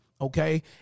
okay